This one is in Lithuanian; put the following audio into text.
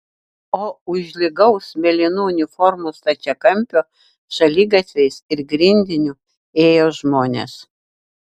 o už lygaus mėlynų uniformų stačiakampio šaligatviais ir grindiniu ėjo žmonės